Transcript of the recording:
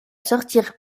sortir